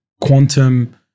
quantum